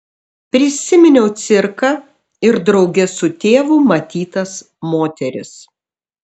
prisiminiau cirką ir drauge su tėvu matytas moteris